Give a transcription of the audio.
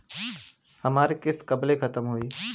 हमार किस्त कब ले खतम होई?